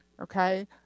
Okay